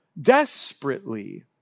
desperately